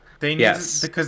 Yes